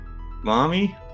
Mommy